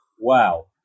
wow